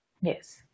Yes